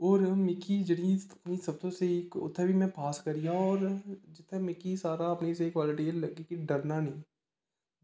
होर मिगी जेह्ड़ी सब तो स्हेई उत्थें बी में पास करी आया होर जित्थें मिगी सारा अपना स्हेई क्लाविटी एह् लग्गेआ कि डरना नेईं